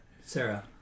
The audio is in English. Sarah